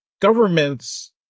governments